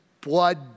blood